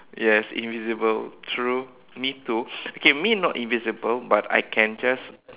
yes invisible true me too okay me not invisible but I can just